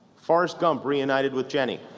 forrest gump reunited with jenny.